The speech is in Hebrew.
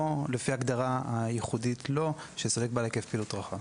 לפי ההגדרה הייחודית לו של סולק בעל היקף פעילות רחב.